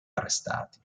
arrestati